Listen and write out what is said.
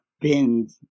bins